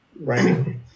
Right